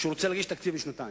כשהוא רוצה להגיש תקציב לשנתיים?